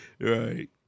Right